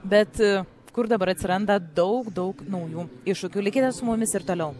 bet kur dabar atsiranda daug daug naujų iššūkių likite su mumis ir toliau